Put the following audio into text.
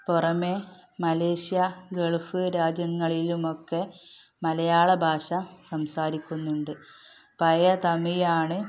പുറമെ Malaysia Gulf രാജ്യങ്ങളിലുമൊക്കെ മലയാള ഭാഷ സംസാരിക്കുന്നുണ്ട് പഴയ തമിഴാണ്